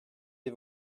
des